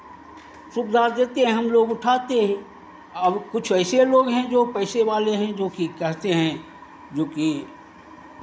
सुविधा देते हम लोग उठाते हैं अब कुछ ऐसे लोग हैं जो पैसे वाले हैं जोकि कहते हैं जोकि